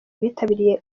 bitabiriye